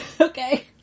Okay